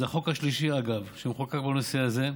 זה החוק השלישי, אגב, שחוקק בנושא הזה.